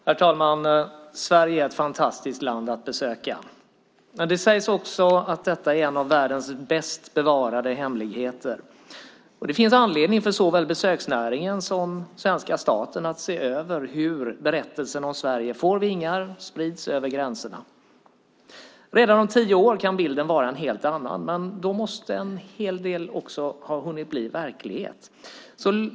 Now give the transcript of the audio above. Herr talman! Sverige är ett fantastiskt land att besöka. Det sägs också att detta är en av världens bäst bevarade hemligheter. Det finns anledning för såväl besöksnäringen som svenska staten att se över hur berättelsen om Sverige får vingar, sprids över gränserna. Redan om tio år kan bilden vara en helt annan. Men då måste en hel del också ha hunnit bli verklighet.